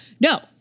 no